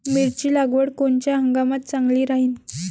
मिरची लागवड कोनच्या हंगामात चांगली राहीन?